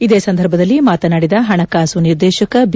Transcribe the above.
ಇದೇ ಸಂದರ್ಭದಲ್ಲಿ ಮಾತನಾಡಿದ ಪಣಕಾಸು ನಿರ್ದೇಶಕ ಬಿ